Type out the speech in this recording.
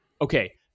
okay